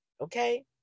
Okay